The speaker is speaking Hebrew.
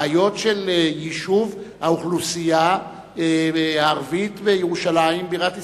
בעיות של יישוב האוכלוסייה הערבית בירושלים בירת ישראל.